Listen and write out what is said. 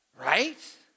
Right